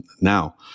now